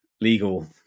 legal